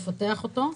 לפתח אותו,